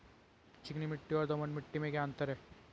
चिकनी मिट्टी और दोमट मिट्टी में क्या क्या अंतर है?